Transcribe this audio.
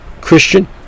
Christian